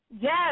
Yes